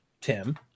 Tim